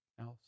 else